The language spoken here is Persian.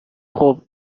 خوب